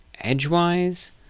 edgewise